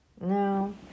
no